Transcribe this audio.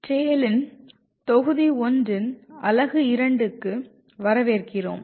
TALEன் தொகுதி 1 இன் அலகு 2 க்கு வரவேற்கிறோம்